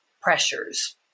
pressures